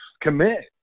commit